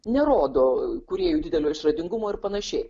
nerodo kūrėjų didelio išradingumo ir panašiai